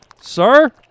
Sir